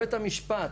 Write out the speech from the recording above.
בית המשפט,